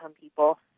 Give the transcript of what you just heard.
people